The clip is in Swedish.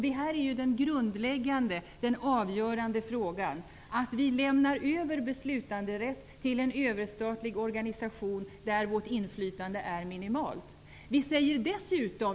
Detta är det grundläggande och avgörande: Vi lämnar över beslutanderätt till en överstatlig organisation, där vårt inflytande är minimalt.